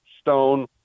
Stone